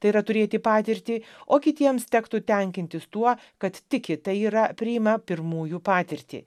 tai yra turėti patirtį o kitiems tektų tenkintis tuo kad tiki tai yra priima pirmųjų patirtį